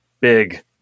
big